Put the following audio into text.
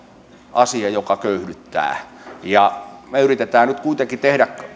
asia joka köyhdyttää me yritämme nyt kuitenkin tehdä